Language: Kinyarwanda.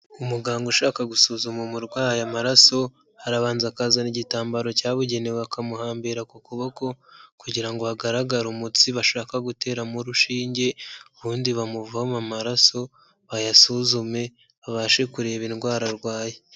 Umuganga ushaka gusuzuma umurwayi amaraso, arabanza akazana igitambaro cyabugenewe akamuhambira ku kuboko, kugira ngo hagaragare umutsi bashaka guteramo urushinge, ubundi bamuvome amaraso, bayasuzume, babashe kureba indwara arwaye.